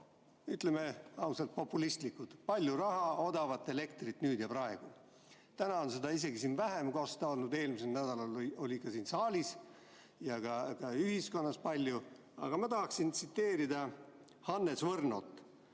ütleme ausalt, populistlikud – palju raha, odavat elektrit nüüd ja praegu. Täna on seda isegi siin vähem kosta olnud, eelmisel nädalal oli seda siin saalis ja ka ühiskonnas palju. Aga ma tahaksin viidata sellele, et Hannes Võrno